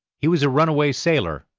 he was a runaway sailor,